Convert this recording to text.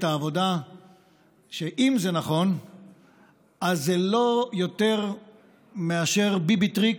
העבודה שאם זה נכון אז זה לא יותר מאשר ביבי-טריק,